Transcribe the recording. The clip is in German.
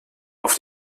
oft